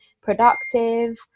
productive